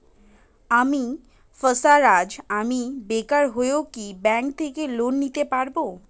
আমি সার্ফারাজ, আমি বেকার হয়েও কি ব্যঙ্ক থেকে লোন নিতে পারি?